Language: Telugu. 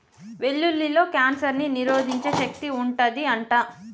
వెల్లుల్లిలో కాన్సర్ ని నిరోధించే శక్తి వుంటది అంట